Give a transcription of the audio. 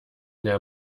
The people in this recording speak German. der